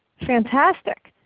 fantastic.